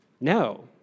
No